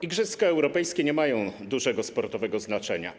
Igrzyska europejskie nie mają dużego sportowego znaczenia.